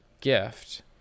gift